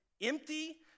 empty